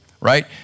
right